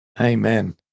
Amen